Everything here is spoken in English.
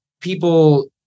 people